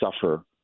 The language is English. suffer